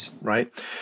right